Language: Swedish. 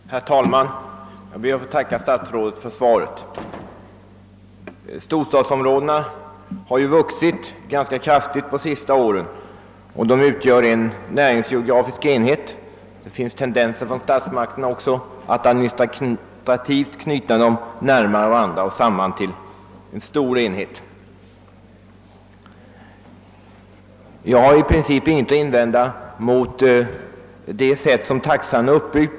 Herr talman! Jag ber att få tacka statsrådet för svaret. Storstadsområdena har vuxit ganska kraftigt på de senaste åren och de utgör en näringsgeografisk enhet. Statsmakterna visar också en tendens att administrativt knyta dem närmare varandra och sammanföra dem till en stor enhet. Jag har i princip ingenting att invända mot det sätt varpå taxan är uppbyggd.